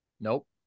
Nope